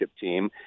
team